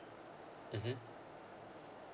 mmhmm